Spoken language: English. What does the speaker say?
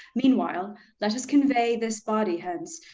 meanwhile let us convey this body hence,